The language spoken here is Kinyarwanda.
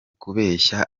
kubeshya